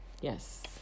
Yes